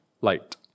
light